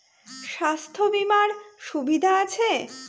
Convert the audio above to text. স্বাস্থ্য বিমার সুবিধা আছে?